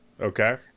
Okay